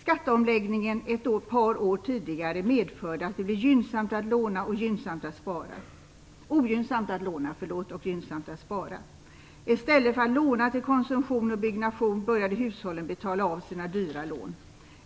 Skatteomläggningen ett par år tidigare medförde att det blev ogynnsamt att låna och gynnsamt att spara. I stället för att låna till konsumtion och byggnation började hushållen betala av sina dyra lån.